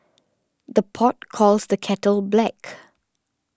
the pot calls the kettle black